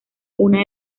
una